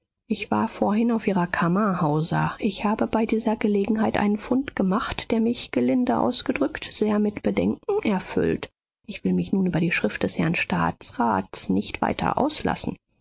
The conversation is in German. ich war vorhin auf ihrer kammer hauser ich habe bei dieser gelegenheit einen fund gemacht der mich gelinde ausgedrückt sehr mit bedenken erfüllt ich will mich nun über die schrift des herrn staatsrats nicht weiter auslassen